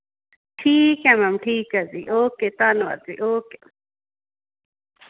ਠੀਕ ਹੈ ਮੈਮ ਠੀਕ ਹੈ ਜੀ ਓਕੇ ਧੰਨਵਾਦ ਜੀ ਓਕੇ